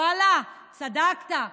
ואללה, צדקת.